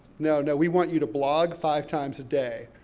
no, no, we want you to blog five times a day.